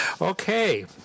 Okay